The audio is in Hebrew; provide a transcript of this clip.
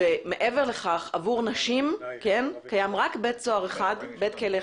מעבר לכך עבור נשים קיים רק בית כלא אחד בישראל